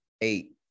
eight